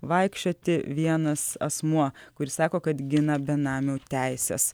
vaikščioti vienas asmuo kuris sako kad gina benamių teises